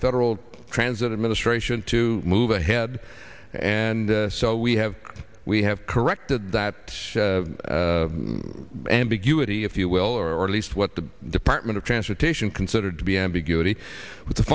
federal transit administration to move ahead and so we have we have corrected that ambiguity if you will or at least what the department of transportation considered to be ambiguity with the